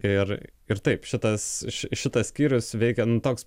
ir ir taip šitas šitas skyrius veikia nu toks